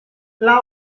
love